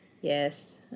Yes